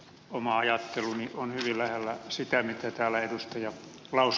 oma ajatteluni on hyvin lähellä sitä mitä täällä ed